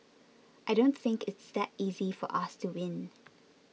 I don't think it's that easy for us to win